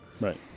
Right